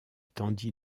tendit